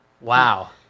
wow